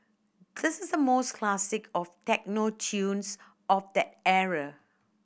this is the most classic of techno tunes of that era